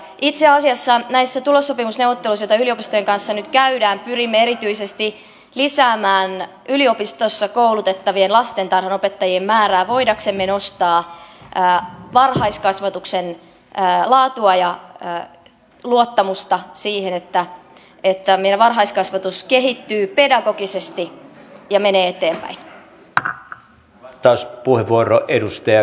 itse asiassa näissä tulossopimusneuvotteluissa joita yliopistojen kanssa nyt käydään pyrimme erityisesti lisäämään yliopistossa koulutettavien lastentarhanopettajien määrää voidaksemme nostaa varhaiskasvatuksen laatua ja luottamusta siihen että meidän varhaiskasvatus kehittyy pedagogisesti ja menee eteenpäin